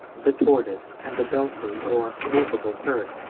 the tortoise, and the belfrey or movable turret,